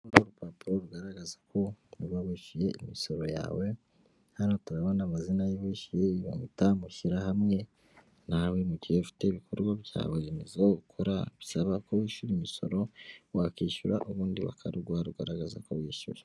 Uru ni urupapuro rugaragaza ko uba wishyuye imisoro yawe. Hano turabona amazina y'uwishyuye bita Mushyirahamwe. Nawe mu gihe ufite ibikorwaremezo byawe ukora bisaba ko wishyura imisoro, wakwishyura ubundi bakaruguha rugaragaza ko wishyuye.